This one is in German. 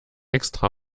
extra